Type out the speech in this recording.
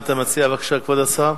מה אתה מציע, כבוד השר?